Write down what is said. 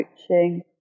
coaching